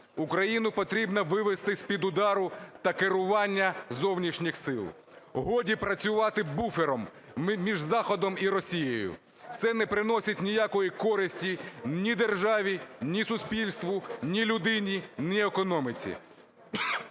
Україну потрібно вивести з-під удару та керування зовнішніх сил. Годі працювати буфером між Заходом і Росією. Це не приносить ніякої користі ні державі, ні суспільству, ні людині, ні економіці.